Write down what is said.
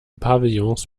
pavillons